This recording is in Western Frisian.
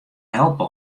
helpe